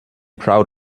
proud